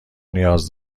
نیاز